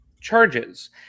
charges